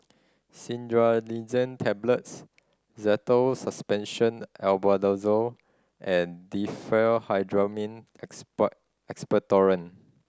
Cinnarizine Tablets Zental Suspension Albendazole and Diphenhydramine Expectorant